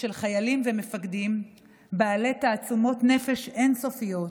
של חיילים ומפקדים בעלי תעצומות נפש אין-סופיות,